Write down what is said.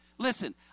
Listen